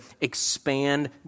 expand